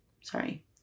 Sorry